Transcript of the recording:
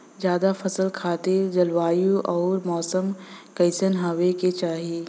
जायद फसल खातिर जलवायु अउर मौसम कइसन होवे के चाही?